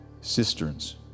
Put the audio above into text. cisterns